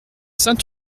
saint